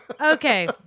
Okay